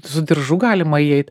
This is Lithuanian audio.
su diržu galima įeit